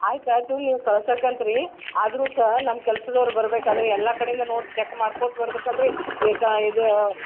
ಆಯ್ತು ಆಯಿತು ಇವು ಕಳ್ಸಕ್ಕೆ ಅಂತ ರೀ ಆದರೂ ಸಹ ನಮ್ಮ ಕೆಲ್ಸದವ್ರು ಬರಬೇಕಾದ್ರೆ ಎಲ್ಲ ಕಡೆಯಿಂದ ನೋಡಿ ಚಕ್ ಮಾಡ್ಕೊತ ಬರ್ಬೇಕು ಅಲ್ರೀ ಈಗ ಇದು